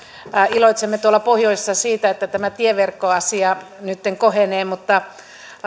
iloitsemme tuolla pohjoisessa siitä että tämä tieverkkoasia nytten kohenee mutta